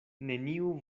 neniu